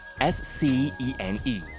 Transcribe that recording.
S-C-E-N-E